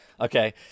Okay